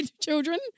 children